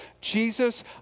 Jesus